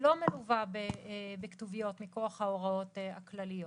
לא מלווה בכתוביות מכוח ההוראות הכלליות,